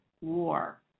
war